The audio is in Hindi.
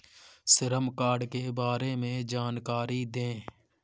श्रम कार्ड के बारे में जानकारी दें?